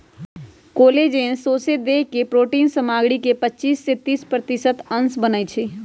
collagen सौसे देह के प्रोटिन सामग्री के पचिस से तीस प्रतिशत अंश बनबइ छइ